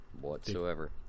whatsoever